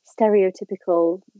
stereotypical